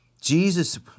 Jesus